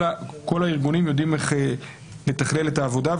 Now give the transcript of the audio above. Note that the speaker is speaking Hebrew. כל הארגונים יודעים איך לתכלל את העבודה,